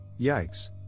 Yikes